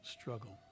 struggle